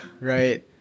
right